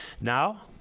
Now